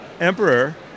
emperor